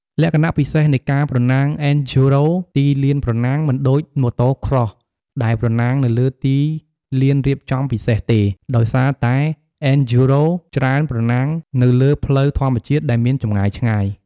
លក្ខណៈពិសេសនៃការប្រណាំង អេនឌ្យូរ៉ូ (Enduro) ទីលានប្រណាំង មិនដូច Motocross ដែលប្រណាំងនៅលើទីលានរៀបចំពិសេសទេ ដោយសារតែអេនឌ្យូរ៉ូ (Enduro) ច្រើនប្រណាំងនៅលើផ្លូវធម្មជាតិដែលមានចម្ងាយឆ្ងាយ។